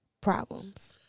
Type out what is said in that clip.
problems